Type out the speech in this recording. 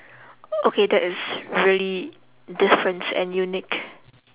okay that is really different and unique